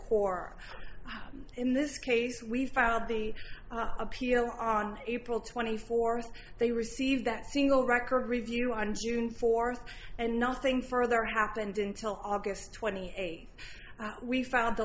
court in this case we filed the appeal on april twenty fourth they received that single record review on june fourth and nothing further happened until august twenty eighth we found the